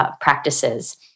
practices